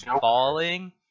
falling